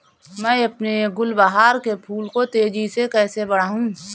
मैं अपने गुलवहार के फूल को तेजी से कैसे बढाऊं?